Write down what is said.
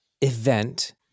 event